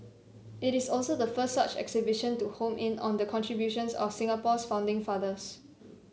it is also the first such exhibition to home in on the contributions of Singapore's founding fathers